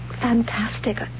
fantastic